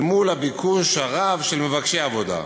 אל מול הביקוש הרב של מבקשי עבודה.